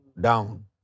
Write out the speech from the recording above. down